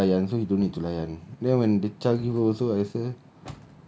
like you all can layan so he don't need to layan then when the child you also I share